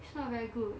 it's not very good